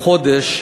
חודש.